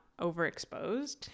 overexposed